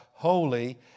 holy